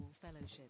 Fellowship